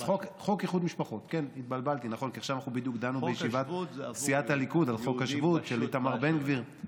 נכון שאנחנו הבענו כאן עמדה שהיא בניגוד למה שאנחנו מאמינים בו,